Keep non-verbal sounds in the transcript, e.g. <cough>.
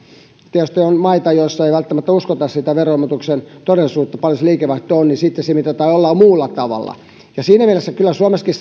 tietysti on maita joissa ei välttämättä uskota sitä veroilmoituksen todellisuutta paljonko se liikevaihto on jolloin sitten se mitataan jollain muulla tavalla siinä mielessä kyllä suomessakin <unintelligible>